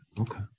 okay